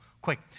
quick